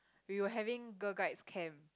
we were having girl guides Camp